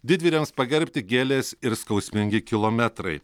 didvyriams pagerbti gėlės ir skausmingi kilometrai